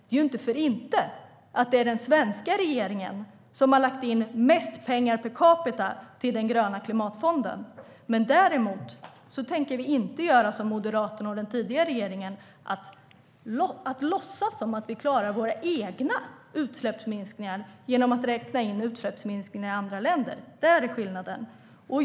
Det är inte för inte som det är den svenska regeringen som har lagt in mest per capita till den gröna klimatfonden. Däremot tänker vi inte göra som Moderaterna och den tidigare regeringen och låtsas som att vi klarar våra egna utsläppsminskningar genom att räkna in utsläppsminskningar i andra länder. Det är skillnaden.